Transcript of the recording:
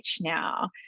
now